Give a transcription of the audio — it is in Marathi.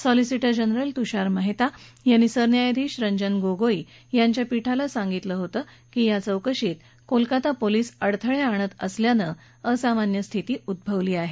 सॉलिसिटर जनरल तुषार महेता यांनी सरन्यायाधीश रंजन गोगोई यांच्या पीठाला सांगितलं की या चौकशीत कोलकाता पोलीस अडथळे आणत असल्यानं असामान्य स्थिती उद्गवली आहे